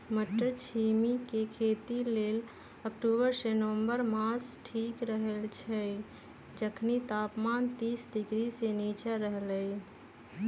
मट्टरछिमि के खेती लेल अक्टूबर से नवंबर मास ठीक रहैछइ जखनी तापमान तीस डिग्री से नीचा रहलइ